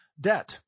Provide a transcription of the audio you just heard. debt